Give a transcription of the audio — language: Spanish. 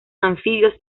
anfibios